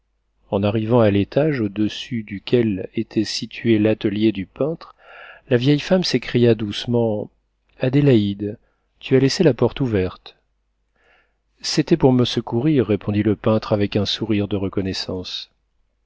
en arrivant à l'étage au-dessus duquel était situé l'atelier du peintre la vieille femme s'écria doucement adélaïde tu as laissé la porte ouverte c'était pour me secourir répondit le peintre avec un sourire de reconnaissance